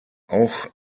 auch